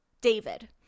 David